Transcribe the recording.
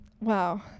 Wow